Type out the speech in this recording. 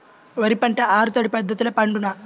వరి పంట ఆరు తడి పద్ధతిలో పండునా?